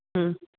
हं